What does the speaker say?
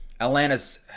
Atlanta's